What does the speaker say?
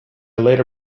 later